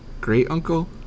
Great-uncle